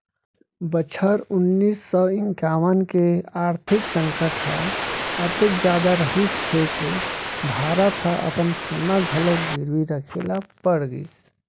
बछर उन्नीस सौ इंकावन के आरथिक संकट ह अतेक जादा रहिस हे के भारत ह अपन सोना घलोक गिरवी राखे ल पड़ गिस